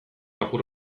apur